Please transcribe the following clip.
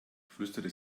flüsterte